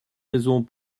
raisons